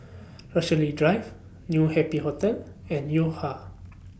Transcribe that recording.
Rochalie Drive New Happy Hotel and Yo Ha